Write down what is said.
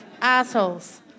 assholes